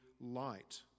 light